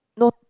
no